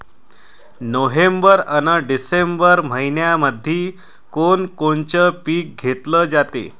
November अन December मइन्यामंधी कोण कोनचं पीक घेतलं जाते?